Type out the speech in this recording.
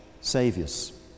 saviors